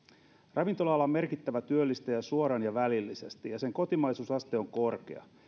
ravintola ala on merkittävä työllistäjä suoraan ja välillisesti ja sen kotimaisuusaste on korkea